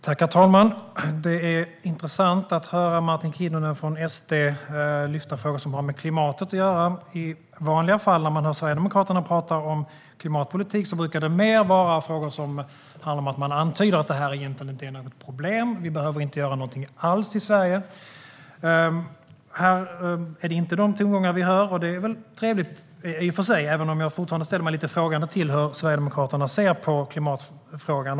Herr talman! Det är intressant att höra Martin Kinnunen från SD lyfta frågor som har med klimatet att göra. I vanliga fall, när man hör Sverigedemokraterna prata om klimatpolitik, brukar de mer antyda att det här egentligen inte är något problem och att vi inte behöver göra någonting alls i Sverige. Det är inte de tongångar vi hör här. Det är i och för sig trevligt, men jag ställer mig fortfarande lite frågande till hur Sverigedemokraterna ser på klimatfrågan.